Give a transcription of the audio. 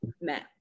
met